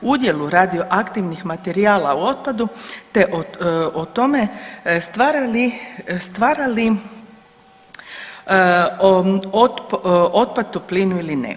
Udjel u radioaktivnih materijala u otpadu te o tome stvara li otpad toplinu ili ne.